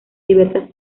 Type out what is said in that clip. diversas